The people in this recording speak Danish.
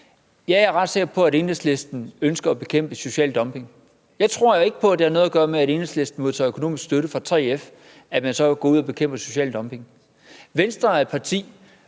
Jeg er ret sikker på, at Enhedslisten ønsker at bekæmpe social dumping. Jeg tror ikke på, at det har noget at gøre med, at det er, fordi Enhedslisten modtager økonomisk støtte fra 3F, at man går ud og bekæmper social dumping. Venstre er et parti,